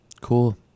Cool